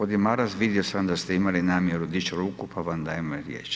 Gospodin Maras vidio sam da ste imali namjeru dići ruku, pa vam dajem riječ.